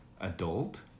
adult